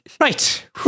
Right